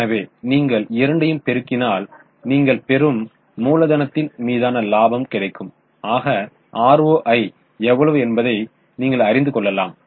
எனவே நீங்கள் இரண்டையும் பெருக்கினால் நீங்கள் பெறும் மூலதனத்தின் மீதான இலாபம் கிடைக்கும் ஆக ROI எவ்வளவு என்பதை நீங்கள் அறிந்துகொள்ளலாம்